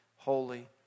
Holy